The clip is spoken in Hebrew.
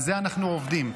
על זה אנחנו עובדים.